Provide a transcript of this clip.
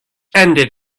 ended